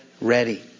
ready